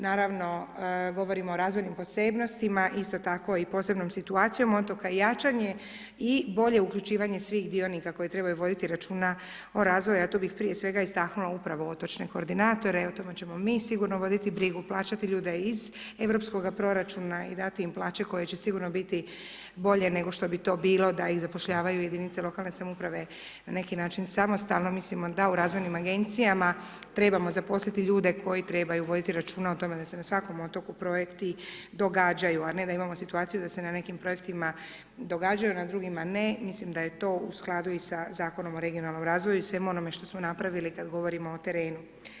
Naravno, govorimo o razvojnim posebnostima, isto tako i posebnom situacijom otoka i jačanje, i bolje uključivanje svih dionika koji trebaju voditi računa o razvoju, a tu bi prije svega istaknula upravo otočne koordinatore, o tome ćemo mi sigurno vidjeti brigu, plaćati ljude iz europskoga proračuna i dati im plaće koje će sigurno biti bolje nego što bi to bilo da ih zapošljavaju jedinice lokalne samouprave, na neki način samostalno, mislimo da u Razvojnim agencijama trebamo zaposliti ljude koji trebaju voditi računa o tome da se na svakom otoku projekti događaju, a ne da imao situaciju da se na nekim projektima događaju, na drugima ne, mislim da je to u skladu i sa Zakonom o regionalnom razvoju i svemu onom što smo napravili kad govorimo o terenu.